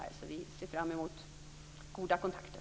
Vi ser således fram emot goda kontakter.